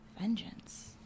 Vengeance